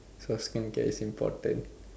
so skincare is important